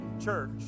church